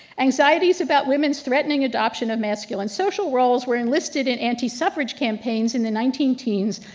anxieties about women's threatening adoption of masculine social roles were enlisted in anti suffrage campaigns in the nineteen teens,